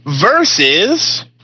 versus